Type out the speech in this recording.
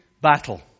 battle